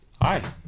hi